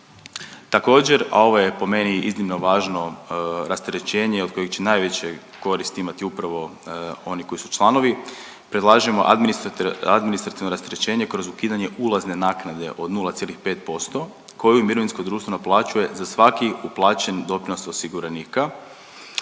Također, a ovo je po meni iznimno važno rasterećenje od kojih će najveće koristi imati upravo oni koji su članovi, predlažemo administrativno rasterećenje kroz ukidanje ulazne naknade od 0,5% koju mirovinsko društvo naplaćuje za svaki uplaćeni doprinos osiguranika.